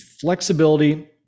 flexibility